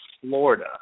Florida